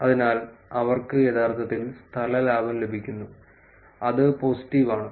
അതിനാൽ അവർക്ക് യഥാർത്ഥത്തിൽ സ്ഥല ലാഭം ലഭിക്കുന്നു അത് പോസിറ്റീവ് ആണ്